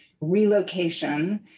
relocation